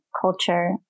culture